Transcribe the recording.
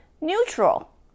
Neutral